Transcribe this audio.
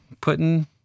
putting